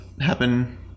Happen